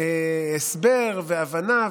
הסבר והבנה.